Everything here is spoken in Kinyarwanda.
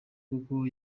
kuko